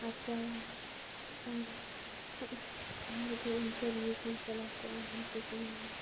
ᱟᱨᱡᱟᱣᱟ ᱟᱨ ᱦᱟᱸᱜ ᱡᱟᱦᱟᱸ ᱨᱮᱜᱮ ᱤᱱᱴᱟᱨᱵᱷᱤᱭᱩ ᱠᱚᱢ ᱪᱟᱞᱟᱣ ᱠᱚᱜᱼᱟ ᱚᱸᱰᱮ ᱦᱚᱸᱠᱚ ᱠᱩᱞᱤ ᱢᱮᱭᱟ